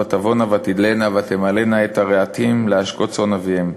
ותבאנה ותדלנה ותמלאנה את הרהטים להשקות צאן אביהן.